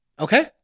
Okay